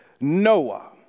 Noah